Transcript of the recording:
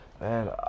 Man